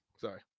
Sorry